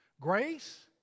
Grace